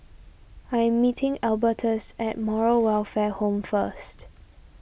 I am meeting Albertus at Moral Welfare Home first